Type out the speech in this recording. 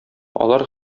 алар